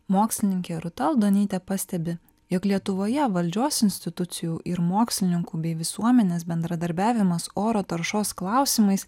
mokslininkė rūta aldonytė pastebi jog lietuvoje valdžios institucijų ir mokslininkų bei visuomenės bendradarbiavimas oro taršos klausimais